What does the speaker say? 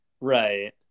right